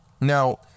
now